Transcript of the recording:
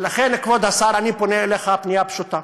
לכן, כבוד השר, אני פונה אליך פנייה פשוטה.